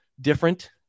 different